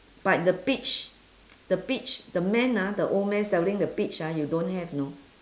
but the peach the peach the man ah the old man selling the peach ah you don't have know